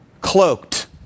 cloaked